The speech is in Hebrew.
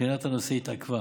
בחינת הנושא התעכבה.